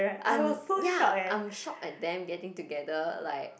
I'm ya I'm shocked at them getting together like